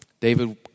David